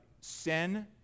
sin